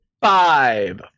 Five